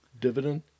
dividend